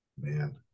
Man